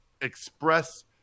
express